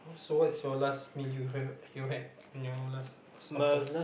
so what's your last meal you will you had on your last sup~ supper